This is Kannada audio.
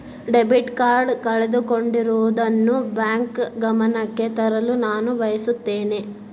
ಡೆಬಿಟ್ ಕಾರ್ಡ್ ಕಳೆದುಕೊಂಡಿರುವುದನ್ನು ಬ್ಯಾಂಕ್ ಗಮನಕ್ಕೆ ತರಲು ನಾನು ಬಯಸುತ್ತೇನೆ